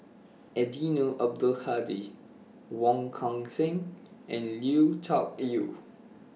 Eddino Abdul Hadi Wong Kan Seng and Lui Tuck Yew